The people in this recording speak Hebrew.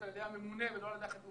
על ידי הממונה ולא על ידי החטיבה,